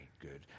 good